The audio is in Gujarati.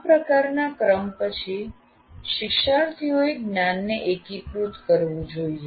આ પ્રકારના ક્રમ પછી શિક્ષાર્થીઓએ જ્ઞાનને એકીકૃત કરવું જોઈએ